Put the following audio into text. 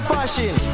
Fashion